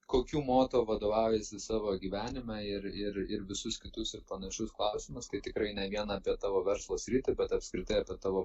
kokiu moto vadovaujiesi savo gyvenime ir ir ir visus kitus ir panašius klausimus tai tikrai ne vien apie tavo verslo sritį bet apskritai apie tavo